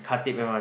Khatib m_r_t